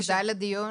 תודה על הדיון.